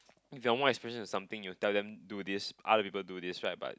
they are more experience with something you tell them do this other people do this right but